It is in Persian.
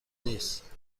نیست